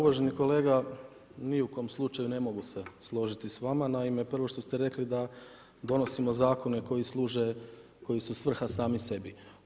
Uvaženi kolega, ni u kom slučaju ne mogu složiti s vama, naime, prvo što ste rekli da donosimo zakone koji služe, koji su svrha sami sebi.